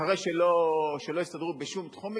אחרי שלא הסתדרו בשום תחום,